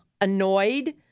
annoyed